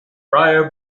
prior